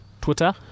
Twitter